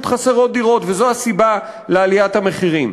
חסרות דירות וזאת הסיבה לעליית המחירים.